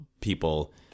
people